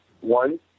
One